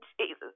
Jesus